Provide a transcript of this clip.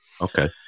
Okay